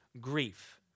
grief